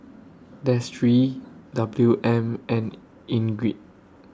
Destry Wm and Ingrid